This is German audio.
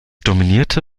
dominierte